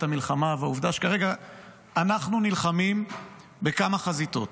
המלחמה והעובדה שכרגע אנחנו נלחמים בכמה חזיתות,